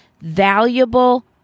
valuable